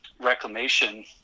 reclamation